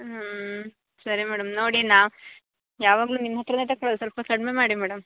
ಹ್ಞೂ ಸರಿ ಮೇಡಮ್ ನೋಡಿ ನಾವು ಯಾವಾಗಲೂ ನಿಮ್ಮ ಹತ್ರವೇ ತಗೊಳದ್ ಸ್ವಲ್ಪ ಕಡಿಮೆ ಮಾಡಿ ಮೇಡಮ್